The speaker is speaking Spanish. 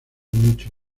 mucho